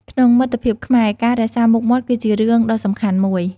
ក្នុងមិត្តភាពខ្មែរ ការរក្សាមុខមាត់គឺជារឿងដ៏សំខាន់មួយ។